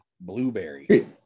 blueberry